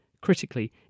critically